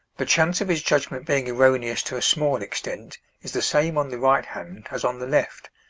the chance of his judgment being erroneous to a small extent is the same on the right hand as on the left,